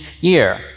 year